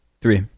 Three